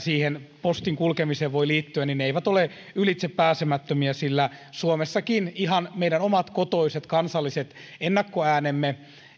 postin kulkemiseen voi liittyä eivät ole ylitsepääsemättömiä sillä suomessakin ihan meidän omat kotoiset kansalliset ennakkoäänemmekin